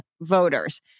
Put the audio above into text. voters